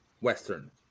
Western